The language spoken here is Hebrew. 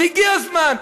אז הגיע הזמן.